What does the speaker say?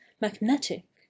magnetic